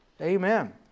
Amen